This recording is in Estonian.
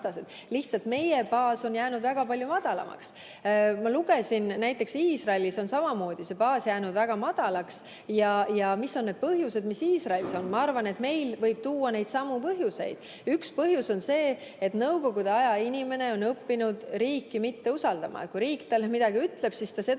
Lihtsalt meie baas on jäänud väga palju madalamaks. Ma lugesin, näiteks Iisraelis on samamoodi see baas jäänud väga madalaks. Mis on need põhjused, mis Iisraelis on? Ma arvan, et meil võib tuua neidsamu põhjuseid. Üks põhjus on see, et nõukogude aja inimene on õppinud riiki mitte usaldama. Kui riik talle midagi ütleb, siis ta seda